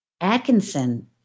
Atkinson